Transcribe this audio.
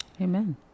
Amen